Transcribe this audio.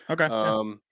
Okay